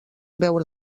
veure